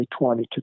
2020